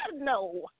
no